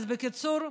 אז בקיצור: